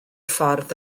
ffordd